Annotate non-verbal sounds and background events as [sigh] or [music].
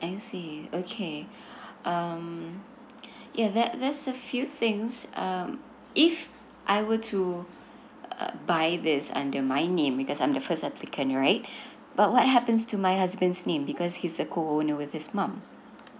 I see okay um yeah that there's a few things um if I were to uh buy this under my name because I'm the first applicant right [breath] but what happens to my husband's name because he's a co owner with his mum